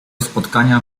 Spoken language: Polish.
spotkania